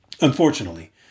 Unfortunately